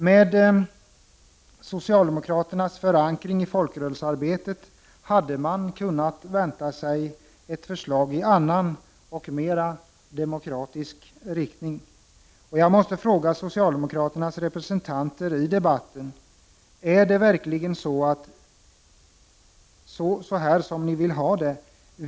Med socialdemokraternas förankring i folkrörelsearbetet hade man kunnat vänta sig ett förslag i annan och mera demokratisk riktning. Jag måste fråga socialdemokraternas representanter i debatten: Är det verkligen så ni vill ha det?